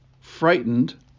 frightened